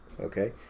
Okay